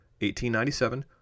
1897